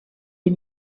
les